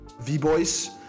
V-Boys